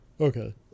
Okay